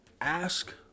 Ask